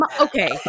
Okay